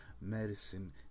medicine